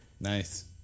Nice